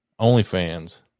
OnlyFans